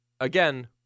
again